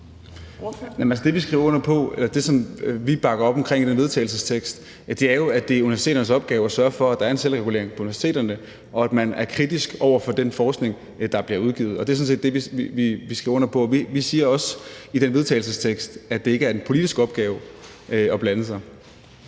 Det, vi skriver under på, eller det, som vi bakker op i den vedtagelsestekst, er jo, at det er universiteternes opgave at sørge for, at der er en selvregulering på universiteterne, og at man er kritisk over for den forskning, der bliver udgivet. Det er sådan set det, vi skriver under på. Vi siger også i den vedtagelsestekst, at det ikke er en politisk opgave at blande sig.